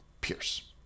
Pierce